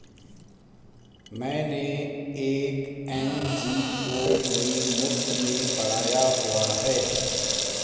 मैंने एक एन.जी.ओ में मुफ़्त में पढ़ाया हुआ है